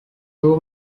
two